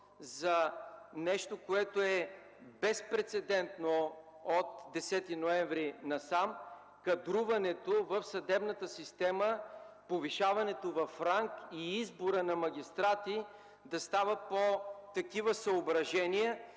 за нещо, което е безпрецедентно от 10 ноември насам – кадруването в съдебната система, повишаването в ранг и избора на магистрати да става по такива съображения